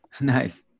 nice